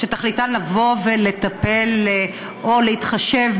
ותכליתם לטפל או להתחשב,